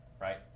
right